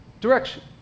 Direction